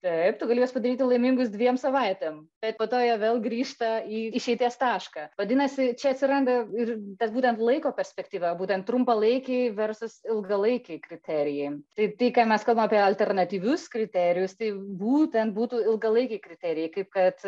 taip tu gali juos padaryti laimingus dviem savaitėm bet po to jie vėl grįžta į išeities tašką vadinasi čia atsiranda ir tas būtent laiko perspektyva būtent trumpalaikiai versus ilgalaikiai kriterijai tai tai ką mes kalbam apie alternatyvius kriterijus tai būtent būtų ilgalaikiai kriterijai kaip kad